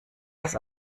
das